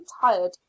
tired